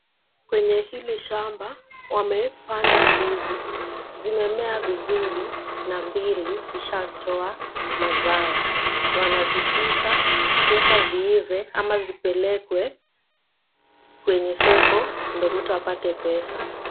Kwenye hili shamba wamepanda ndizi. Zimemea vizuri na mbili ishatoa mazao. Wanazipika, kuweka ziive ama zipelekwe kwenye soko ndio mtu apate pesa.